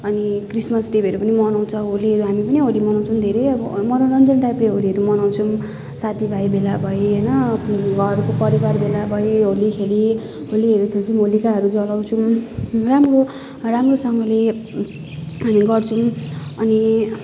अनि क्रिसमस इभहरू पनि मनाउँछ होलीहरू हामी पनि होली मनाउँछौँ धेरै अब मनोरञ्जन टाइपले होलीहरू मनाउँछौँ साथीभाइ भेला भई होइन आफ्नो घरको परिवार भेला भई होली खेली होलीहरू खेल्छौँ होलिकाहरू जलाउँछौँ राम्रो राम्रोसँगले हामी गर्छौँ अनि